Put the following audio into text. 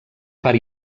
part